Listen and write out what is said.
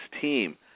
team